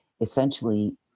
essentially